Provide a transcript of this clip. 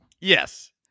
Yes